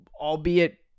albeit